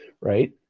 right